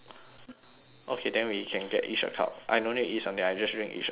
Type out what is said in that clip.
okay then we can get each a cup I no need eat something I just drink each a cup I'm fine